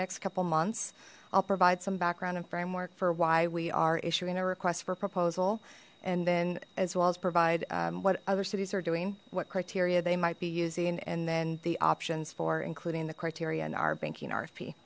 next couple months i'll provide some background and framework for why we are issuing a request for proposal and then as well as provide what other cities are doing what criteria they might be using and then the options for including the criteria and our banking r